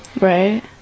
Right